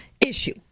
issue